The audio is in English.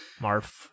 Marf